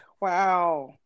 wow